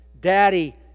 Daddy